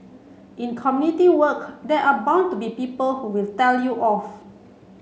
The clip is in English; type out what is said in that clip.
in community work there are bound to be people who will tell you off